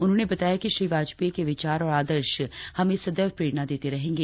उन्होंने बताया कि श्री वाजपेयी के विचार और आदर्श हमें संदैव प्रेरणा देते रहेंगे